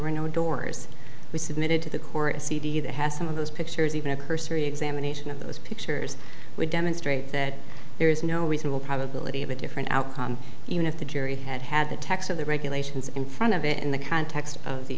were no doors we submitted to the court a cd that has some of those pictures even a cursory examination of those pictures would demonstrate that there is no reasonable probability of a different outcome even if the jury had had the text of the regulations in front of it in the context of the